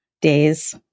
days